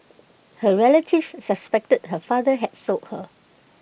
her relatives suspected her father had sold her